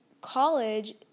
college